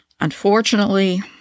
unfortunately